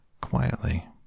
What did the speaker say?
quietly